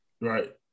Right